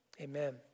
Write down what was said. amen